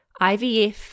IVF